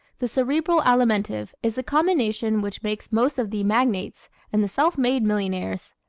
the cerebral-alimentive is the combination which makes most of the magnates and the self-made millionaires.